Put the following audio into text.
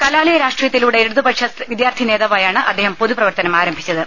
കലാലയ രാഷ്ട്രീയത്തിലൂടെ ഇടതുപക്ഷ വിദ്യാർത്ഥി നേതാവായാണ് അദ്ദേഹം പൊതു പ്രവർത്തനം ആരംഭിച്ചത്